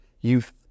youth